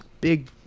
big